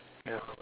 ya